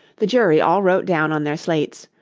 the jury all wrote down on their slates,